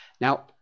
Now